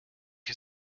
you